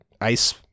ice